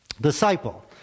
Disciple